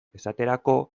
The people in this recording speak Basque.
esaterako